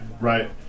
Right